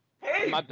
Hey